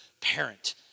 parent